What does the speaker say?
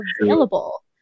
available